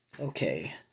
Okay